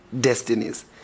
destinies